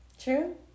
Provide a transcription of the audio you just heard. True